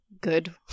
good